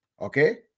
Okay